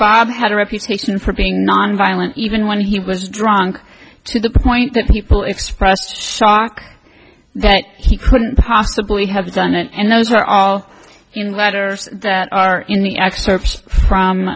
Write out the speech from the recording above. bob had a reputation for being nonviolent even when he was drunk to the point that people expressed shock that he couldn't possibly have done it and those are all human letters that are in the excerpt from